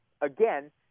Again